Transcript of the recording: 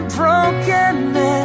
brokenness